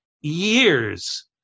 years